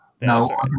No